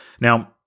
Now